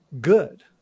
good